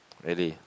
really